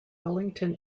wellington